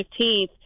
15th